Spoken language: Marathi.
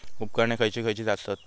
उपकरणे खैयची खैयची आसत?